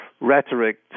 rhetoric